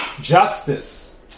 Justice